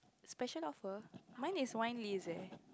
special offer mine is wine list eh